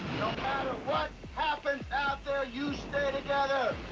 matter what happens after you stay together.